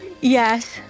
Yes